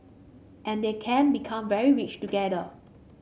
and they can become very rich together